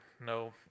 No